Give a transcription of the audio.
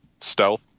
stealth